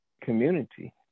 community